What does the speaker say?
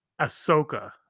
ahsoka